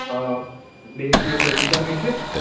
آ بیٚیہِ ہیٚکِو یہِ پٔپیٖتا گٔژھِتھ